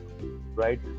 right